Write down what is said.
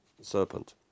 serpent